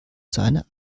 seine